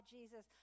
Jesus